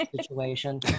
situation